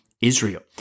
Israel